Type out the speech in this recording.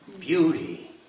beauty